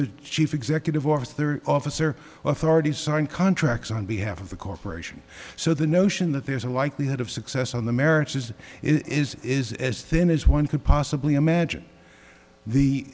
the chief executive office their office or authority signed contracts on behalf of the corporation so the notion that there's a likelihood of success on the merits as it is is as thin as one could possibly imagine the